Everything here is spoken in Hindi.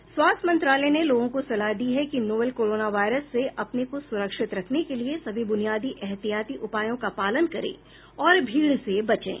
स्वास्थ्य मंत्रालय ने लोगों को सलाह दी है कि नोवल कोरोना वायरस से अपने को सुरक्षित रखने के लिए सभी बुनियादी एहतियाती उपायों का पालन करें और भीड़ से बचें